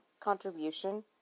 contribution